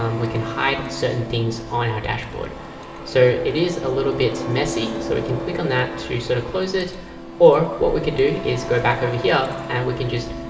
um we can hide certain things on our dashboard so it is a little bit messy so we can click on that to sort of close it or what we can do is go back over here and we can just